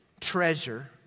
treasure